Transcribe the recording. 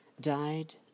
died